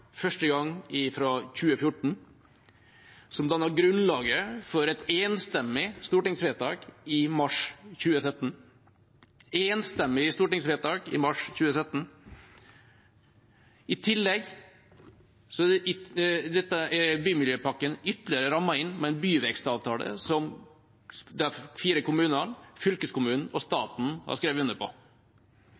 første gang fra 2014, som dannet grunnlaget for et enstemmig stortingsvedtak i mars 2017. I tillegg er bymiljøpakken ytterligere rammet inn av en byvekstavtale som de fire kommunene, fylkeskommunen og staten har skrevet under på.